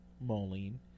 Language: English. Moline